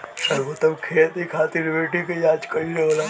सर्वोत्तम खेती खातिर मिट्टी के जाँच कइसे होला?